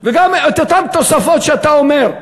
וגם את אותן תוספות שאתה אומר.